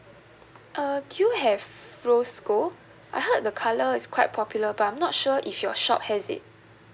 uh do you have rose gold I heard the colour is quite popular but I'm not sure if your shop has it